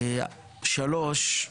שלוש,